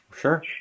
Sure